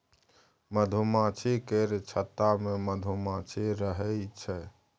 मधुमाछी केर छत्ता मे मधुमाछी रहइ छै